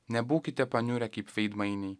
nebūkite paniurę kaip veidmainiai